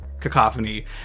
cacophony